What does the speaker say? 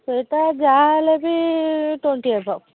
ସେଇଟା ଯାହା ହେଲେ ବି ଟ୍ୱେଣ୍ଟି ଏଭୋଵ୍